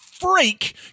freak